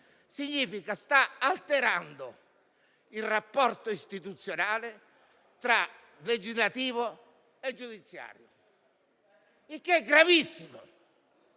verità, sta alterando il rapporto istituzionale tra legislativo e giudiziario. Ciò è gravissimo.